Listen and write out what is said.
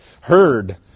heard